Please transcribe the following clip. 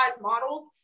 models